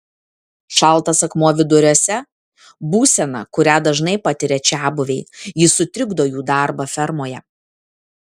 šaltas akmuo viduriuose būsena kurią dažnai patiria čiabuviai ji sutrikdo jų darbą fermoje